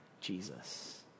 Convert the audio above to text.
Jesus